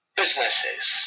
businesses